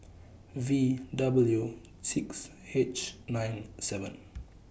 V W six H nine seven